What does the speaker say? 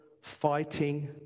fighting